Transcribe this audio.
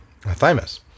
thymus